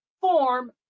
form